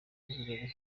twagirimana